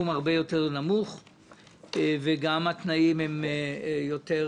מה שנחשב פעם לטוב ביותר והם היו אלה שמקבלים את הקצבה הטובה ביותר